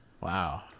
Wow